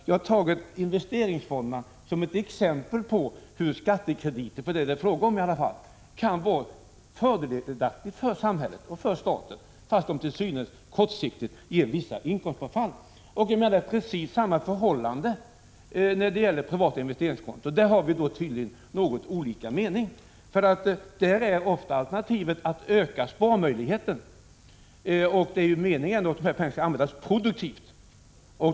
Jag har tagit investeringsfonderna som ett exempel på hur skattekrediter — för det är det som det är fråga om — kan vara något fördelaktigt för samhället och för staten, trots att de till synes kortsiktigt ger vissa inkomstbortfall. Förhållandet är precis detsamma i fråga om privata investeringskonton, men där har vi tydligen något olika mening. Där är ofta alternativet att öka sparmöjligheten. Det är ju meningen att dessa pengar skall användas produktivt.